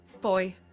Boy